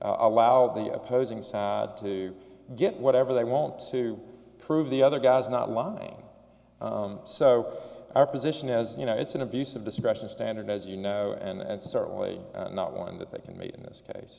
allow the opposing side to get whatever they want to prove the other guy's not lying so our position as you know it's an abuse of discretion standard as you know and certainly not one that they can meet in this case